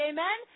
Amen